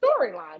storyline